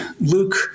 Luke